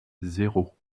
zéro